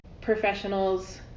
professionals